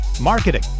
marketing